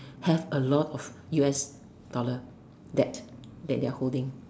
have a lot of U_S dollar that that they are holding